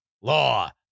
law